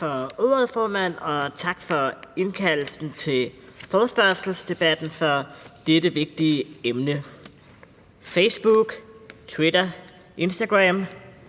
Tak for ordet, formand. Og tak for indkaldelsen til forespørgselsdebatten om dette vigtige emne. Facebook, Twitter, Instagram,